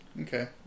Okay